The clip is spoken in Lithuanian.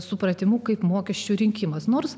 supratimu kaip mokesčių rinkimas nors